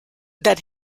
that